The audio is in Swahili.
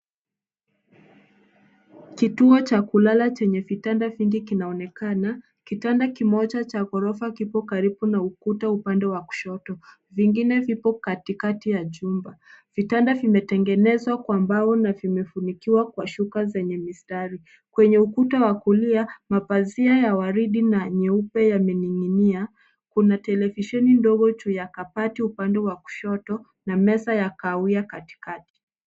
Kituo cha kulala chenye vitanda vingi kinaonekana. Kitanda kimoja cha gorofa kipo karibu na ukuta upande wa kushoto, vingine vipo katikati ya jumba. Vitanda vimetengenezwa kwa mbao na vimefunikiwa kwa shuka ya mistari. Kwenye ukuta mapazia ya waridi na nyeupe yamening'inia. Kuna televisheni ndogo upande wa kushoto na meza ya kahawia katikati.